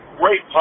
great